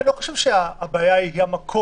אני לא חושב שהבעיה היא המקום